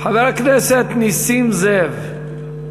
חבר הכנסת נסים זאב.